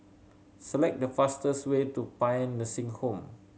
select the fastest way to Paean Nursing Home